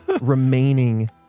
remaining